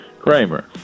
Kramer